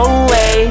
away